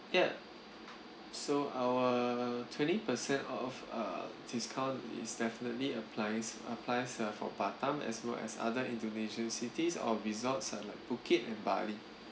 ya so our twenty percent off uh discount is definitely applies applies uh for batam as well as other indonesian cities or resorts are like phuket and bali